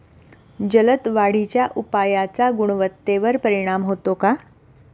जलद वाढीच्या उपायाचा गुणवत्तेवर परिणाम होतो का?